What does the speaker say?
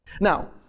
now